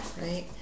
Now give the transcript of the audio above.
right